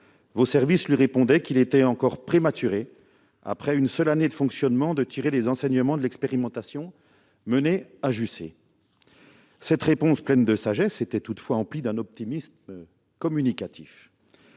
ont alors répondu qu'il était prématuré, après une seule année de fonctionnement, de tirer les enseignements de l'expérimentation menée à Jussey. Cette réponse pleine de sagesse était toutefois emplie d'un optimisme communicatif.